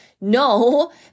No